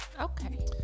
okay